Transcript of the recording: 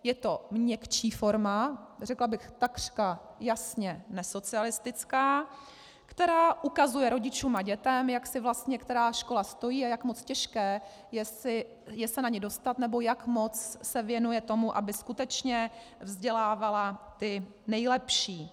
Je to měkčí forma, řekla bych takřka jasně nesocialistická, která ukazuje rodičům a dětem, jak si vlastně která škola stojí a jak moc těžké je se na ni dostat nebo jak moc se věnuje tomu, aby skutečně vzdělávala ty nejlepší.